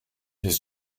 his